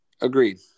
Agreed